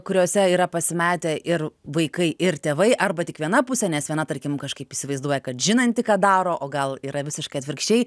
kuriose yra pasimetę ir vaikai ir tėvai arba tik viena pusė nes viena tarkim kažkaip įsivaizduoja kad žinanti ką daro o gal yra visiškai atvirkščiai